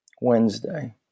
Wednesday